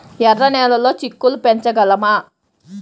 ఎర్ర నెలలో చిక్కుళ్ళు పెంచగలమా?